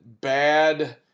bad